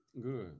Good